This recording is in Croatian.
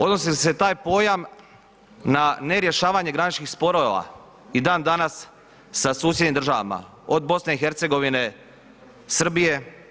Odnosili li se taj pojam na ne rješavanje graničnih sporova i dan danas sa susjednim državama od BiH, Srbije?